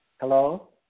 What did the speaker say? Hello